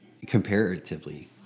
Comparatively